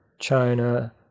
China